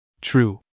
True